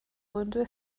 flwyddyn